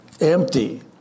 empty